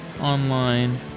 online